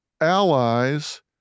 allies